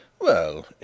Well